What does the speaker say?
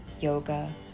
yoga